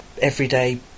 everyday